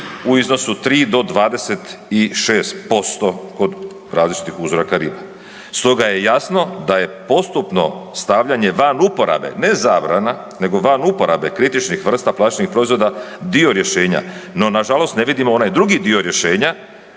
u iznosu 3 do 26% kod različitih uzoraka riba. Stoga je jasno da je postupno stavljanje van uporabe, ne zabrana nego van uporabe kritičnih vrsta plastičnih proizvoda dio rješenja. No nažalost ne vidimo onaj drugi dio rješenja,